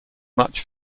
much